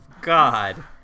God